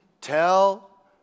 Tell